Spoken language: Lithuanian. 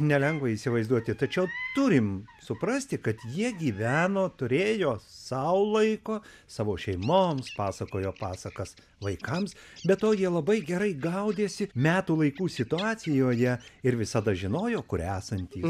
nelengva įsivaizduoti tačiau turim suprasti kad jie gyveno turėjo sau laiko savo šeimoms pasakojo pasakas vaikams be to jie labai gerai gaudėsi metų laikų situacijoje ir visada žinojo kur esantys